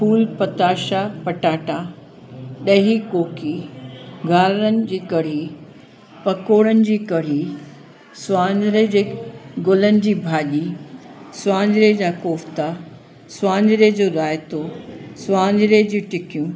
फूल पताशा पटाटा ॾही कोकी घारन जी कढ़ी पकोड़नि जी कढ़ी स्वांजरे जे गुलनि जी भाॼी स्वांजरे जा कोफता स्वांजरे जो रायतो स्वांजरे जी टिकियूं